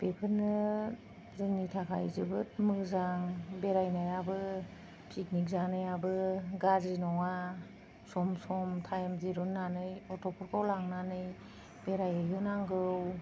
बेफोरनो जोंनि थाखाय जोबोर मोजां बेरायनायाबो पिकनिक जानायाबो गाज्रि नङा सम सम टाइम दिरुननानै गथ'फोरखौ लांनानै बेरायहैहोनांगौ